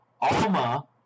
Alma